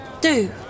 Do